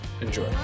Enjoy